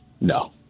No